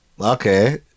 Okay